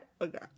Okay